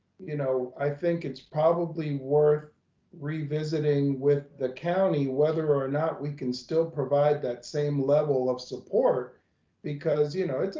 you know i think it's probably worth revisiting with the county, whether or not we can still provide that same level of support because you know,